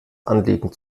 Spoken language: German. anliegen